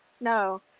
no